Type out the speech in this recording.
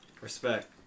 Respect